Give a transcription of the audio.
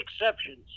exceptions